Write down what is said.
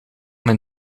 mijn